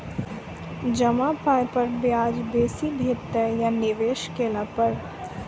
जमा पाय पर ब्याज बेसी भेटतै या निवेश केला पर?